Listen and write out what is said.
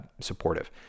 supportive